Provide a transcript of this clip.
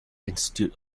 institute